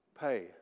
Pay